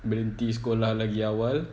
berhenti sekolah lagi awal